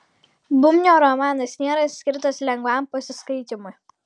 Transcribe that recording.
bubnio romanas nėra skirtas lengvam pasiskaitymui